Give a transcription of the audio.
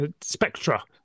spectra